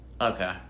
Okay